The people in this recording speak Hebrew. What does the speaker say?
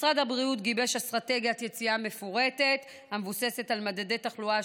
משרד הבריאות גיבש אסטרטגיית יציאה מפורטת המבוססת על מדדי תחלואה,